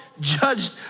judged